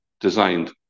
designed